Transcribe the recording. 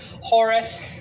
Horace